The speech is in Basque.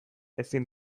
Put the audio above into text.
ezin